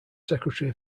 secretary